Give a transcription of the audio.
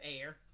air